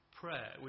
prayer